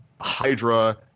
Hydra